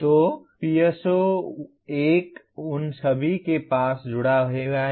तो PSO1 उन सभी के साथ जुड़ा हुआ है